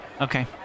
Okay